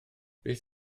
beth